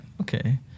Okay